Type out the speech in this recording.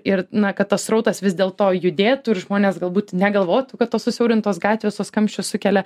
ir na kad tas srautas vis dėl to judėtų ir žmonės galbūt negalvotų kad tos susiaurintos gatvės tuos kamščius sukelia